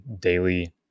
daily